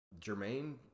Jermaine